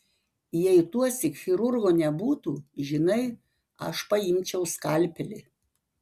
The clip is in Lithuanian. jei tuosyk chirurgo nebūtų žinai aš paimčiau skalpelį